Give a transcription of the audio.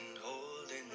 holding